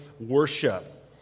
worship